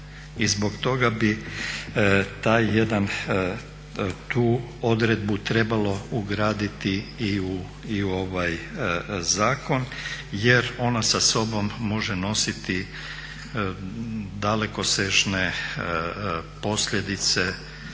I zbog toga bi taj jedan, tu odredbu trebalo ugraditi i u ovaj zakon jer ona sa sobom može nositi dalekosežne posljedice.